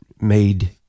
made